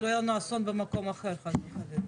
שלא יהיה לנו אסון במקום אחר חס וחלילה.